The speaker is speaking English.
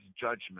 judgment